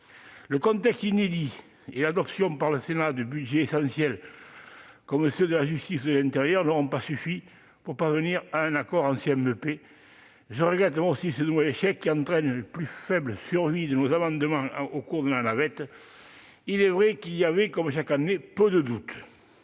Le contexte inédit et l'adoption par le Sénat de budgets essentiels comme ceux de la justice ou de l'intérieur n'auront pas suffi pour parvenir à un accord en commission mixte paritaire. Je regrette moi aussi ce nouvel échec, qui entraîne une plus faible survie de nos amendements au cours de la navette parlementaire. Il est vrai que, comme chaque année, il y avait